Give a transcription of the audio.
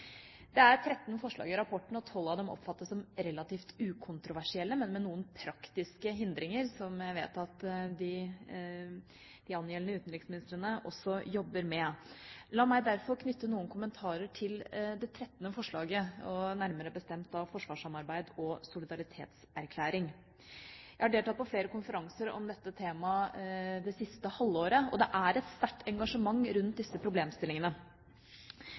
Det er 13 forslag i rapporten, og 12 av dem oppfattes som relativt ukontroversielle, men med noen praktiske hindringer, som jeg vet at de angjeldende utenriksministrene jobber med. La meg derfor knytte noen kommentarer til det 13. forslaget, nærmere bestemt forsvarssamarbeid og solidaritetserklæring. Jeg har deltatt på flere konferanser om dette tema det siste halvåret, og det er et sterkt engasjement rundt disse problemstillingene.